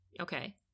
Okay